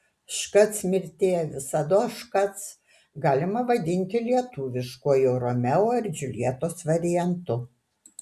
škac mirtie visados škac galima vadinti lietuviškuoju romeo ir džiuljetos variantu